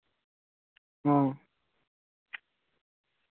ᱚ